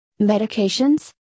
medications